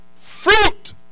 fruit